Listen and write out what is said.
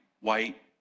white